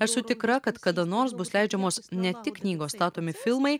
esu tikra kad kada nors bus leidžiamos ne tik knygos statomi filmai